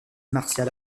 martial